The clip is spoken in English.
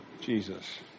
Jesus